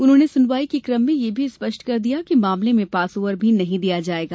उन्होंने सुनवाई के कम में यह भी स्पष्ट कर दिया कि मामले में पासओवर भी नहीं दिया जायेगा